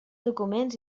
documents